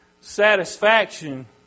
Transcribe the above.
satisfaction